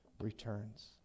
returns